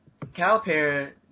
Calipari